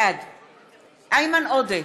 בעד איימן עודה,